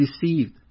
deceived